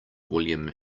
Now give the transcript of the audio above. william